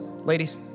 Ladies